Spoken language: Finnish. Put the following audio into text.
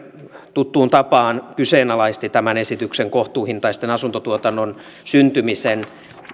tuttuun tapaan kyseenalaisti kohtuuhintaisen asuntuotannon syntymisen tämän esityksen myötä